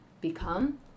become